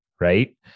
right